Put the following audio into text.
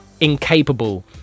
incapable